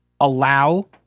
allow